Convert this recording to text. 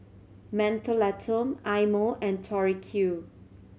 Mentholatum Eye Mo and Tori Q